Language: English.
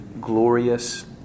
glorious